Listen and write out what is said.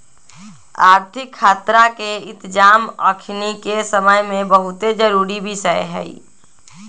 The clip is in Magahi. आर्थिक खतरा के इतजाम अखनीके समय में बहुते जरूरी विषय हइ